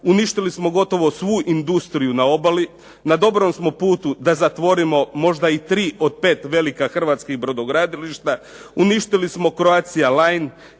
uništili smo gotovo svu industriju na obali, na dobrom smo putu da zatvorimo možda i tri od pet velikih hrvatskih brodogradilišta, uništili smo Croatia line,